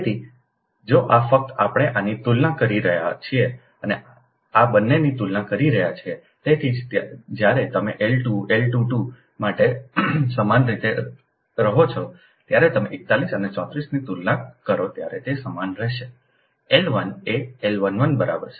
તેથી જો આ ફક્ત આપણે આની તુલના કરી રહ્યા છીએ અમે આ બંનેની તુલના કરી રહ્યા છીએ તેથી જ જ્યારે તમે L 2 L 22 માટે પણ સમાન રીતે રહો છો જ્યારે તમે 41 અને 34 ની તુલના કરો ત્યારે તે સમાન રહેશે L 1 એ L 11 બરાબર છે